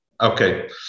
Okay